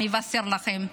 אני אבשר לכם.